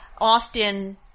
often